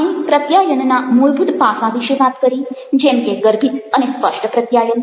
આપણે પ્રત્યાયનના મૂળભૂત પાસા વિશે વાત કરી જેમ કે ગર્ભિત અને સ્પષ્ટ પ્રત્યાયન